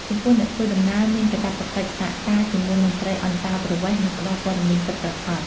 ចំពោះអ្នកធ្វើដំណើរមានកាតព្វកិច្ចសហការជាមួយមន្ត្រីអន្តោប្រវេសន៍ និងផ្តល់ព័ត៌មានពិតប្រាកដ។